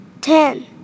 ten